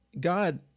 God